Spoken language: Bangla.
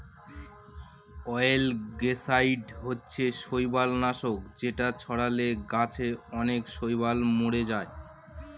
অয়েলগেসাইড হচ্ছে শৈবাল নাশক যেটা ছড়ালে গাছে অনেক শৈবাল মোরে যায়